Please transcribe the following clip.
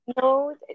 No